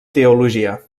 teologia